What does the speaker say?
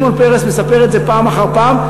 שמעון מספר את זה פעם אחר פעם,